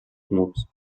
clubs